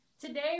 today